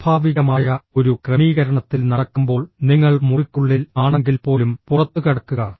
സ്വാഭാവികമായ ഒരു ക്രമീകരണത്തിൽ നടക്കുമ്പോൾ നിങ്ങൾ മുറിക്കുള്ളിൽ ആണെങ്കിൽപ്പോലും പുറത്തുകടക്കുക